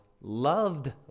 loved